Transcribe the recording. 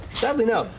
sadly no,